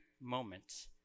moment